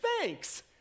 thanks